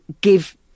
give –